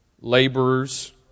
laborers